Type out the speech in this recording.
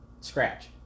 Scratch